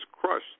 crushed